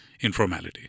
informality